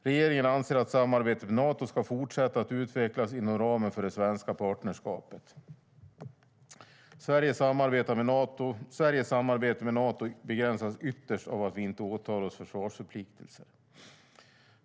Regeringen anser att samarbetet med Nato ska fortsätta att utvecklas inom ramen för det svenska partnerskapet. Sveriges samarbete med Nato begränsas ytterst av att vi inte åtar oss försvarsförpliktelser.